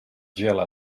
gela